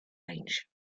range